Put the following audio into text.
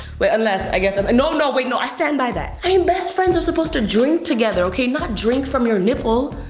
wait, unless, i guess, um no, no! wait, no, i stand by that. i mean, best friends are supposed to drink together, okay? not drink from your nipple.